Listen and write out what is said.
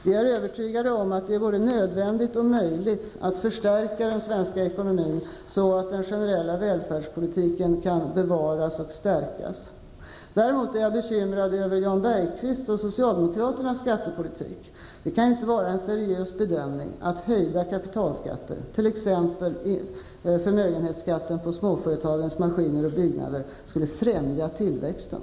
Vi är övertygade om att det är både nödvändigt och möjligt att förstärka den svenska ekonomin så att den generella välfärdspolitiken kan bevaras och stärkas. Däremot är jag bekymrad över Jan Bergqvists och socialdemokraternas skattepolitik. Det kan inte vara en seriös bedömning att höjda kapitalskatter, t.ex. förmögenhetsskatt på småföretagens maskiner och byggander, främjar tillväxten.